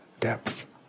Depth